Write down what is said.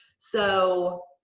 so,